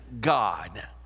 God